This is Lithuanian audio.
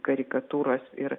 karikatūros ir